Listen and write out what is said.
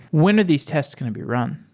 when are these tests going to be run?